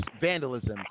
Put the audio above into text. vandalism